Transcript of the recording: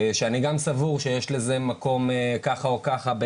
כשאני גם סבור שיש לזה מקום ככה או ככה,